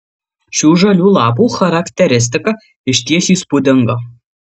šių žalių lapų charakteristika išties įspūdinga